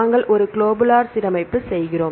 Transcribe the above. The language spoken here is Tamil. நாங்கள் ஒரு குளோபுலர் சீரமைப்பு செய்கிறோம்